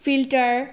filter